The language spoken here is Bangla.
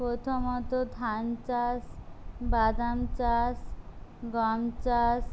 প্রথমত ধান চাষ বাদাম চাষ গম চাষ